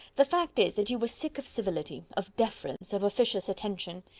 the fact is, that you were sick of civility, of deference, of officious attention.